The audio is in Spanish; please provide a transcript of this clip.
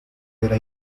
era